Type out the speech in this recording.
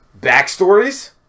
backstories